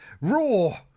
raw